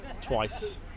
twice